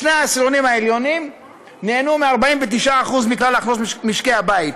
שני העשירונים העליונים נהנו מ-43.9% מכלל הכנסות משקי הבית